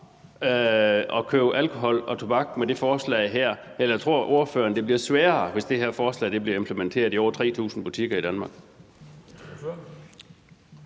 at købe alkohol og tobak med det forslag her, eller tror ordføreren, det bliver sværere, hvis det her forslag bliver implementeret i over 3.000 butikker i Danmark?